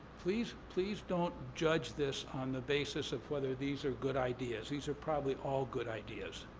please, please don't judge this on the basis of whether these are good ideas. these are probably all good ideas,